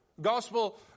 Gospel